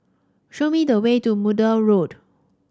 show me the way to Maude Road